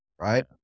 right